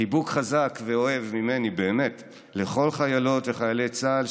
חיבוק חזק ואוהב ממני באמת לכל חיילות וחיילי צה"ל,